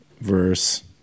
verse